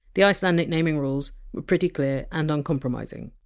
the icelandic naming rules were pretty clear and uncompromising.